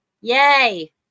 Yay